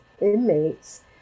inmates